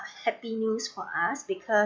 happy news for us because